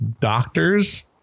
doctors